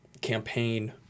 campaign